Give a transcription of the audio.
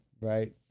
right